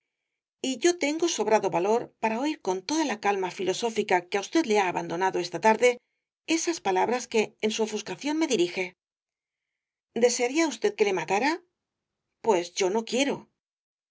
y yo tengo sobrado valor para oir con toda la calma filosófica que á usted le ha abandonado esta tarde esas palabras que en su ofuscación me dirije desearía usted que le matara pues yo no quiero